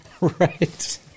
Right